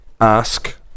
ask